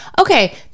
Okay